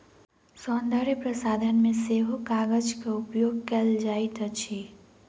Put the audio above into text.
सौन्दर्य प्रसाधन मे सेहो कागजक उपयोग कएल जाइत अछि